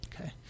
okay